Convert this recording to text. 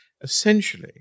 essentially